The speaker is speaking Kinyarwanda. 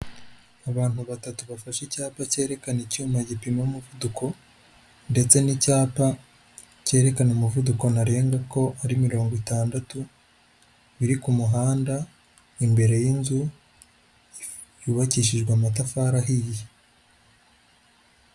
Abantu batatu bafash’icyapa cyerekana icyuma gipima umuvuduko ndetse n'icyapa cyerekana umuvuduko ntarengwa ko ari mirongo itandatu, kiri kumuhanda imbere y’inzu yubakishijwe amatafari ahiye.